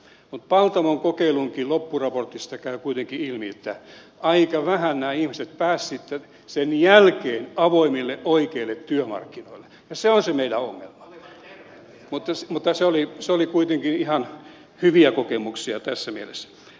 mutta paltamon kokeilunkin loppuraportista käy kuitenkin ilmi että aika vähän nämä ihmiset pääsivät sitten sen jälkeen avoimille oikeille työmarkkinoille ja se on se meidän ongelmamme mutta ne olivat kuitenkin ihan hyviä kokemuksia tässä mielessä